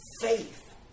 faith